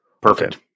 Perfect